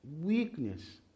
weakness